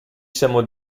siamo